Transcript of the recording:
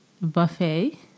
buffet